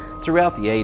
throughout the eighty